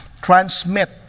transmit